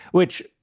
which,